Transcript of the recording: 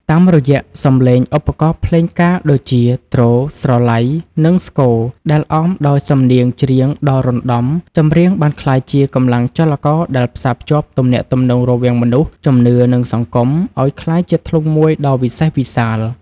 តាមរយៈសម្លេងឧបករណ៍ភ្លេងការដូចជា ទ្រ ស្រឡៃ និងស្គរ ដែលអមដោយសំនៀងច្រៀងដ៏រណ្តំ ចម្រៀងបានក្លាយជាកម្លាំងចលករដែលផ្សារភ្ជាប់ទំនាក់ទំនងរវាងមនុស្ស ជំនឿ និងសង្គម ឱ្យក្លាយជាធ្លុងមួយដ៏វិសេសវិសាល។